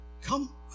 come